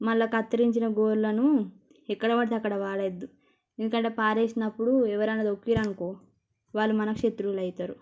మల్ల కత్తిరించిన గోర్లను ఎక్కడ పడితే అక్కడ పడెయద్దు ఎందుకంటే పారేసినప్పుడు ఎవరైనా తొక్కిండ్రు అనుకో వాళ్ళు మనకు శత్రువులు అవుతారు